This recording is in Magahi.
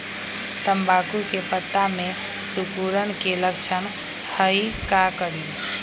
तम्बाकू के पत्ता में सिकुड़न के लक्षण हई का करी?